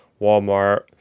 Walmart